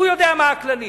הוא יודע מה הכללים.